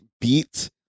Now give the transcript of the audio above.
beat